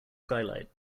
skylight